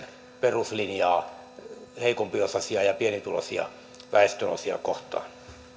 peruslinjaa heikompiosaisia ja pienituloisia väestönosia kohtaan